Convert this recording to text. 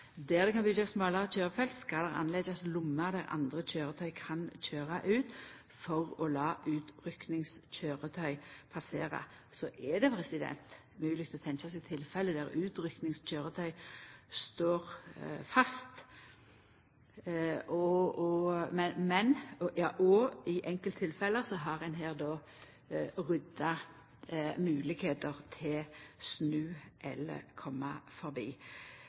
Der det kan byggjast smalare køyrefelt, skal det lagast lommer der andre køyretøy kan køyra ut for å la utrykkingskøyretøy passera. Så er det mogleg å tenkja seg tilfelle der uttrykkingskøyretøy står fast. I enkelttilfelle har ein då rydda plass for dei til å snu eller koma forbi.